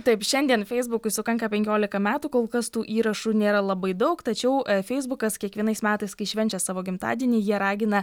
taip šiandien feisbukui sukanka penkiolika metų kol kas tų įrašų nėra labai daug tačiau feisbukas kiekvienais metais kai švenčia savo gimtadienį jie ragina